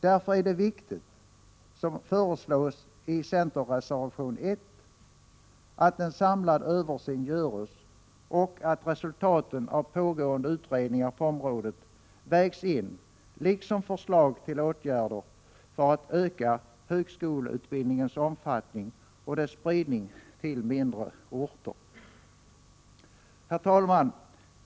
Därför är det viktigt att en samlad översyn görs, vilket föreslås i centerreservation 1, och att resultaten av pågående utredningar på området vägs in, liksom förslag till åtgärder för att man skall kunna öka högskoleutbildningens omfattning och dess spridning till mindre orter. Herr talman!